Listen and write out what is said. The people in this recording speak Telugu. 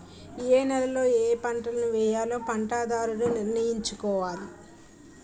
ఏయే నేలలలో ఏపంటలను వేయాలో పంటదారుడు నిర్ణయించుకోవాలి